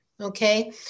Okay